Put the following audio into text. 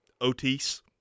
Otis